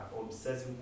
obsessive